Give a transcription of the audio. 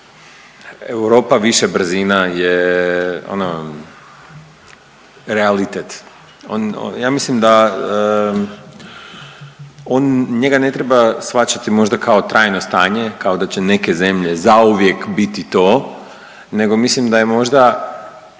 Europa više brzina je ono realitet, on, ja mislim da on, njega ne treba shvaćati možda kao trajno stanje, kao da će neke zemlje zauvijek biti to, nego mislim da je možda